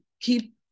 keep